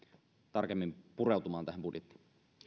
tarkemmin pureutumaan tähän budjettiin